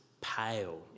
pale